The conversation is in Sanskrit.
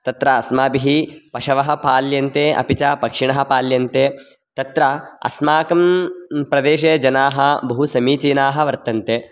तत्र अस्माभिः पशवः फाल्यन्ते अपि च पक्षिणः पाल्यन्ते तत्र अस्माकं प्रदेशे जनाः बहुसमीचीनाः वर्तन्ते